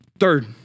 Third